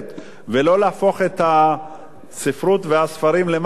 ולא להפוך את הספרות והספרים למסחרה,